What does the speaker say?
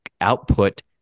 output